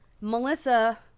Melissa